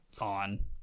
on